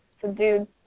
subdued